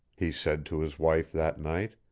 he said to his wife that night.